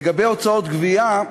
לגבי הוצאות גבייה,